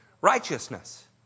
righteousness